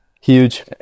huge